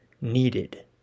needed